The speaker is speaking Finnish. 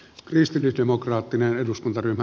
arvoisa puhemies